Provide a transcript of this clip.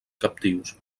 captius